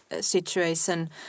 situation